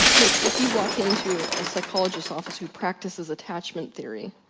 like if you walked into a psychologist's office, who practices attachment theory,